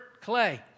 clay